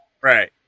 right